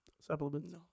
supplements